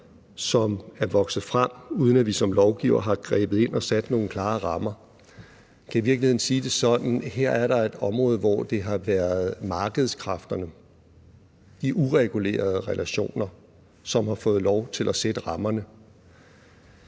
som er vokset frem, uden at vi som lovgivere har grebet ind og sat nogle klare rammer. Man kan i virkeligheden sige det sådan, at her er der et område, hvor det har været markedskræfterne i uregulerede relationer, som har fået lov til at sætte rammerne.